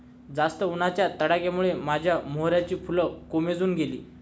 जास्त उन्हाच्या तडाख्यामुळे माझ्या मोगऱ्याची फुलं कोमेजून गेली